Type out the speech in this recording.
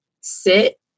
sit